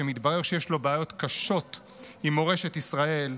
שמתברר שיש לו בעיות קשות עם מורשת ישראל,